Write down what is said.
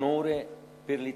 אורחים ומוזמנים נכבדים,